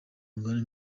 umugani